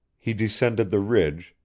he descended the ridge,